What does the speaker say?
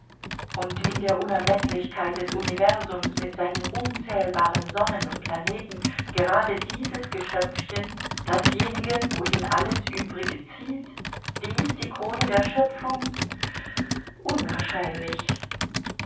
und in der unermeßlichkeit des universums mit seinen unzählbaren sonnen und planeten gerade dieses geschöpfchen dasjenige wohin alles übrige zielt dies die krone der schöpfung unwahrscheinlich